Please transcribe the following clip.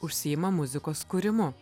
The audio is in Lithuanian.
užsiima muzikos kūrimu